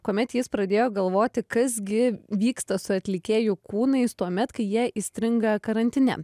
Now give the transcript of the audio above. kuomet jis pradėjo galvoti kas gi vyksta su atlikėjų kūnais tuomet kai jie įstringa karantine